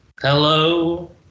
Hello